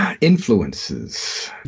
influences